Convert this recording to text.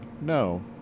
no